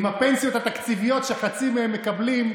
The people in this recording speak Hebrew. עם הפנסיות התקציביות שחצי מהם מקבלים,